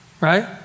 Right